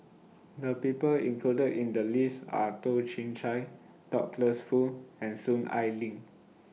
The People included in The list Are Toh Chin Chye Douglas Foo and Soon Ai Ling